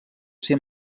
ser